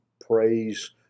praise